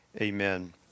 Amen